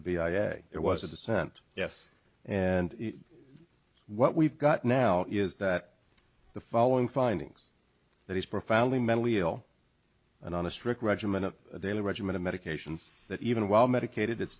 a it was a dissent yes and what we've got now is that the following findings that he's profoundly mentally ill and on a strict regimen of a daily regimen of medications that even while medicated it's